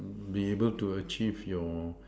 be able to achieve your